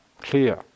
clear